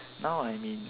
now I'm in